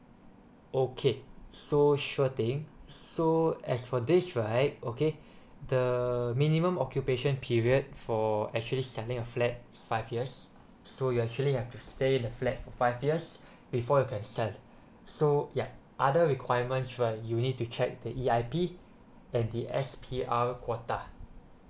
okay so sure thing so as for this right okay the minimum occupation period for actually selling a flat is five years so you actually have to stay in a flat for five years before you can sell so ya other requirements right you need to check the E_I_P and the S_P_R quota